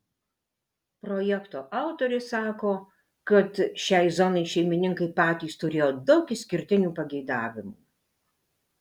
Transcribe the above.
projekto autorė sako kad šiai zonai šeimininkai patys turėjo daug išskirtinių pageidavimų